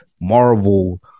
Marvel